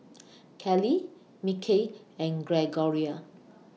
Callie Mikel and Gregoria